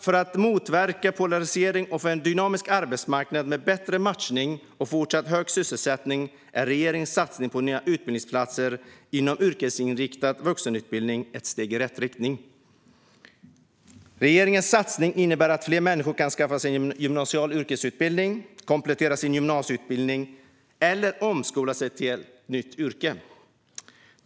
För att motverka polarisering och få en dynamisk arbetsmarknad med bättre matchning och fortsatt hög sysselsättning är regeringens satsning på nya utbildningsplatser inom yrkesinriktad vuxenutbildning ett steg i rätt riktning. Regeringens satsning innebär att fler människor kan skaffa sig en gymnasial yrkesutbildning, komplettera sin gymnasieutbildning eller omskola sig till ett nytt yrke.